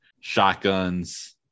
shotguns